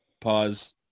pause